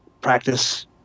practice